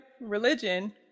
religion